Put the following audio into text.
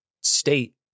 state